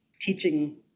teaching